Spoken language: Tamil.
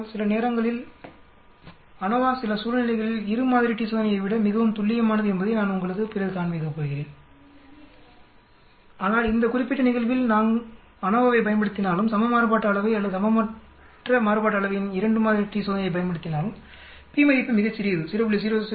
ஆனால் சில நேரங்களில் அநோவா சில சூழ்நிலைகளில் இரு மாதிரி t சோதனையை விட மிகவும் துல்லியமானது என்பதை நான் உங்களுக்கு பிறகு காண்பிக்கப் போகிறேன் ஆனால் இந்த குறிப்பிட்ட நிகழ்வில்நாங்கள் அநோவாவைப் பயன்படுத்தினாலும் சம மாறுபாட்டு அளவை அல்லது சமமற்ற மாறுபாட்டு அளவையின் 2 மாதிரி t சோதனையைப் பயன்படுத்தினாலும் p மதிப்பு மிகச் சிறியது 0